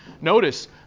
Notice